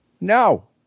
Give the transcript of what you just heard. No